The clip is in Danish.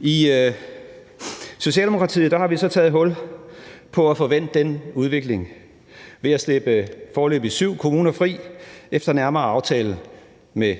I Socialdemokratiet har vi så taget hul på at få vendt den udvikling ved at slippe foreløbig syv kommuner fri efter nærmere aftale med